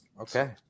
Okay